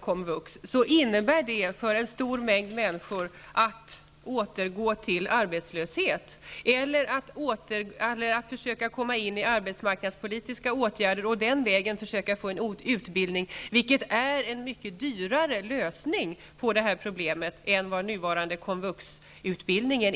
komvuxområdet innebär det att en stor mängd människor antingen får återgå till arbetslöshet eller försöka komma in i arbetsmarknadspolitiska åtgärder för att den vägen skaffa sig en utbildning, vilket är en mycket dyrare lösning på det här problemet än den nuvarande komvuxutbildningen.